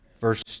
Verse